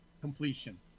Completion